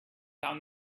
down